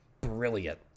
brilliant